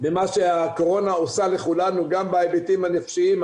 במה שהקורונה עושה לכולנו גם בהיבטים הנפשיים,